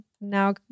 now